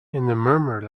murmur